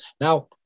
Now